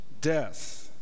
death